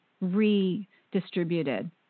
redistributed